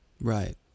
Right